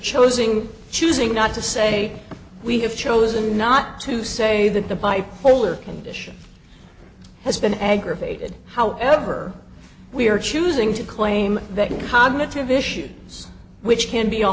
chosing choosing not to say we have chosen not to say that the bipolar condition has been aggravated however we are choosing to claim that in cognitive issues which can be a